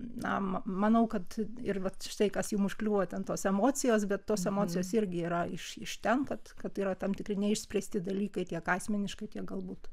na manau kad ir vat štai kas jum užkliūva ten tos emocijos bet tos emocijos irgi yra iš iš ten kad kad yra tam tikri neišspręsti dalykai tiek asmeniškai tiek galbūt